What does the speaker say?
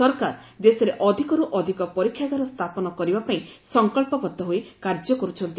ସରକାର ଦେଶରେ ଅଧିକରୁ ଅଧିକ ପରୀକ୍ଷାଗାର ସ୍ଥାପନ କରିବା ପାଇଁ ସଂକଳ୍ପବଦ୍ଧ ହୋଇ କାର୍ଯ୍ୟ କରୁଛନ୍ତି